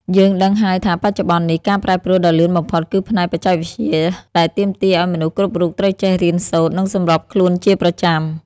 យើងដឹងហើយថាបច្ចុប្បន្ននេះ ការប្រែប្រួលដ៏លឿនបំផុតគឺផ្នែកបច្ចេកវិទ្យា ដែលទាមទារឱ្យមនុស្សគ្រប់រូបត្រូវចេះរៀនសូត្រ និងសម្របខ្លួនជាប្រចាំ។